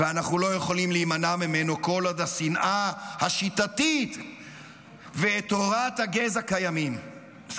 ואנחנו לא יכולים להימנע ממנו כל עוד השנאה השיטתית ותורת הגזע קיימות.